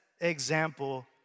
example